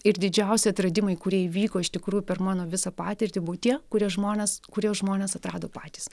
ir didžiausi atradimai kurie įvyko iš tikrųjų per mano visą patirtį buvo tie kurie žmonės kurie žmonės atrado patys